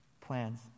plans